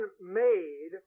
made